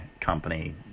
company